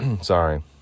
sorry